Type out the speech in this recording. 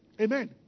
Amen